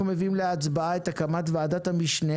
אנחנו מביאים להצבעה את הקמת ועדת המשנה